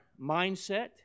mindset